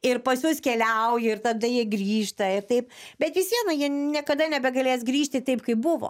ir pas juos keliauji ir tada jie grįžta ir taip bet vis viena jie niekada nebegalės grįžti taip kaip buvo